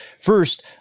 first